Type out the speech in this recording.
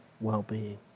well-being